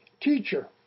teacher